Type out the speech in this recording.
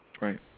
right